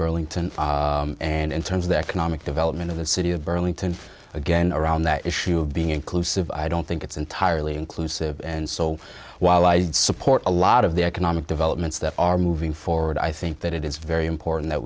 burlington and in terms of the economic development of the city of burlington again around that issue of being inclusive i don't think it's entirely inclusive and so while i support a lot of the economic developments that are moving forward i think that it is very important